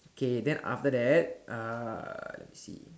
okay then after that uh let me see